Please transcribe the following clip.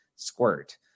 squirt